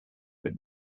but